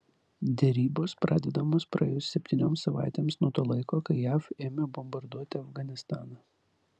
derybos pradedamos praėjus septynioms savaitėms nuo to laiko kai jav ėmė bombarduoti afganistaną